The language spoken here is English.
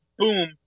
boom